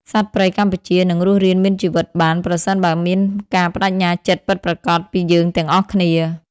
សត្វព្រៃកម្ពុជានឹងរស់រានមានជីវិតបាន ប្រសិនបើមានការប្តេជ្ញាចិត្តពិតប្រាកដពីយើងទាំងអស់គ្នា។